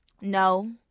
No